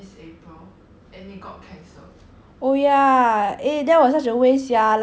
oh ya eh then was such a waste sia like 我们已经订全部东西好 liao then after that